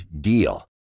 DEAL